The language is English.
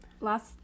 Last